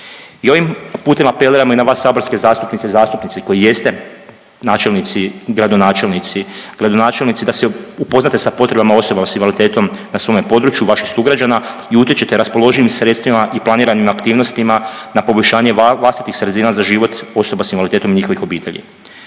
I ovim putem apeliramo i na vas saborske zastupnice i zastupnike koji jeste, načelnici, gradonačelnici, da se upoznate sa potrebama osoba s invaliditetom na svome području, vaših sugrađana i utječete raspoloživim sredstvima i planiranim aktivnostima na poboljšanje vlastitih sredina za život osoba s invaliditetom i njihovih obitelji.